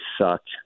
sucked